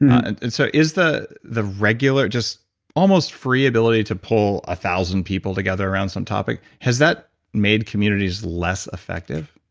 ah and so is the the regular, just almost free ability to pull one thousand people together around some topic, has that made communities less effective?